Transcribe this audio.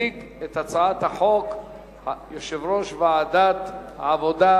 יציג את הצעת החוק יושב-ראש ועדת העבודה,